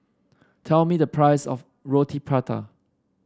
tell me the price of Roti Prata